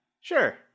sure